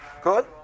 Good